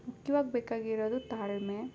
ಮುಖ್ಯವಾಗಿ ಬೇಕಾಗಿರೋದು ತಾಳ್ಮೆ